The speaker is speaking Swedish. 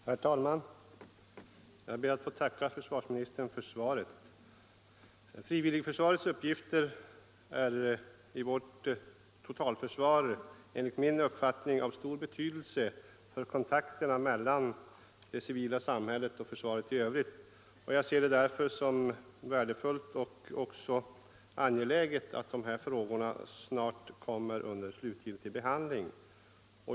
Herr talman! Jag ber att få tacka försvarsministern för svaret. Frivilligförsvarets uppgifter i vårt totalförsvar är enligt min uppfattning av stor betydelse för kontakterna mellan det civila samhället och försvaret i övrigt. Jag ser det därför som värdefullt och angeläget att de här frågorna snart kommer under slutgiltig behandling.